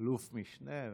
אלוף משנה וזה,